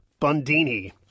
Bundini